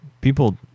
People